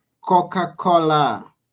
coca-cola